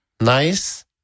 nice